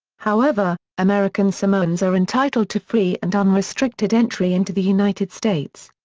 however, american samoans are entitled to free and unrestricted entry into the united states.